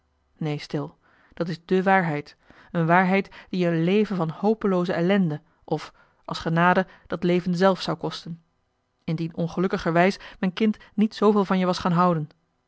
neen stil dat is de waarheid een waarheid die je een leven van hopelooze ellende of als genade dat leven zelf zou kosten indien ongelukkigerwijs m'n kind niet zooveel van je was gaan houden